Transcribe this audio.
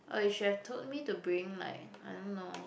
uh you should have told me to bring like I don't know